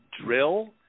Drill